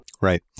Right